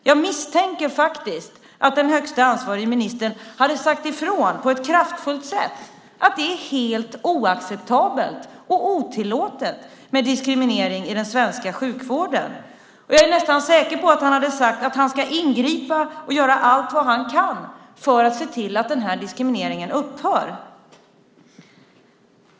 Jag misstänker faktiskt att den högste ansvarige ministern hade sagt ifrån på ett kraftfullt sätt att det är helt oacceptabelt och otillåtet med diskriminering i den svenska sjukvården. Jag är nästan säker på att han hade sagt att han ska ingripa och göra allt vad han kan för att se till att den här diskrimineringen upphör.